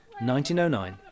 1909